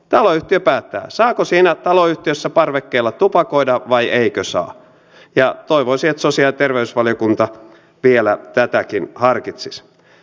taloyhtiö päättää saako siinä taloyhtiössä parvekkeella tupakoida vai eikö saa ja toivoisin että sosiaali ja terveysvaliokunta vielä tätäkin harkitsisi